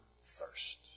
thirst